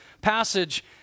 passage